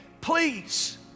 please